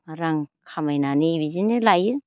रां खामायनानै बिदिनो लायो